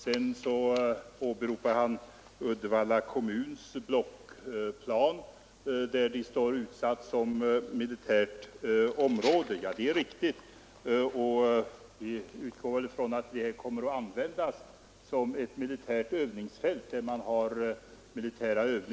Sedan åberopar han Uddevalla kommuns blockplan, där detta område står utsatt som militärt område. Det är riktigt, och vi utgår från att det kommer att användas som ett militärt övningsfält. Militära övningar kan mycket väl äga rum.